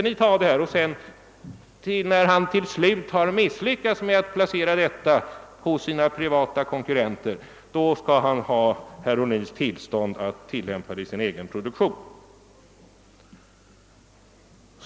När han till slut misslyckas med att placera patentet hos sina privata konkurrenter, skulle han ha herr Ohlins tillstånd att begagna det i sin egen produktion.